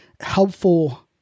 helpful